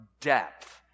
depth